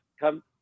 come